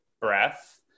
breath